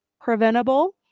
preventable